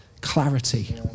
clarity